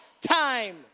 time